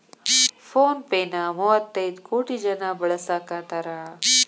phone pay ನ ಮುವ್ವತೈದ್ ಕೋಟಿ ಜನ ಬಳಸಾಕತಾರ